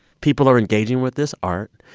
people are engaging with this art.